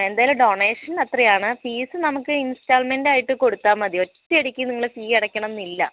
എന്തായാലും ഡൊണേഷൻ അത്രയും ആണ് ഫീസ് നമുക്ക് ഇൻസ്റ്റാൾമെന്റ് ആയിട്ട് കൊടുത്താൽ മതി ഒറ്റയടിക്ക് നിങ്ങൾ ഫീ അടക്കണം എന്നില്ല